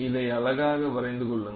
இதை அழகாக வரைந்து கொள்ளுங்கள்